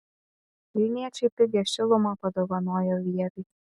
vilniečiai pigią šilumą padovanojo vieviui